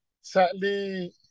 sadly